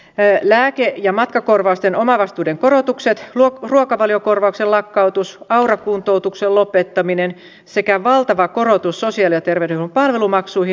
lääke ja matkakorvausten omavastuiden korotukset ruokavaliokorvauksen lakkautuksen aura kuntoutuksen lopettamisen sekä valtavan korotuksen sosiaali ja terveydenhuollon palvelumaksuihin